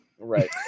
Right